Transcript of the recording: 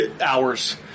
hours